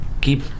keep